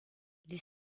les